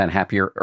Happier